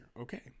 Okay